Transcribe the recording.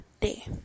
day